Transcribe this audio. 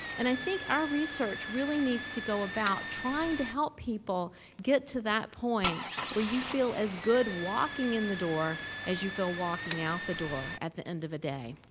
and i think our research really needs to go about trying to help people get to that point where you feel as good walking in the door as you feel walking out the door at the end of a day.